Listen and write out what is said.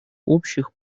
общих